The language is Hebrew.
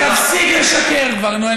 תפסיק לשקר כבר, נו.